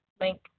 link